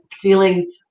feeling